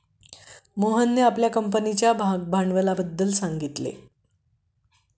मोहनने आपल्या कंपनीच्या भागभांडवलाबद्दल सांगितले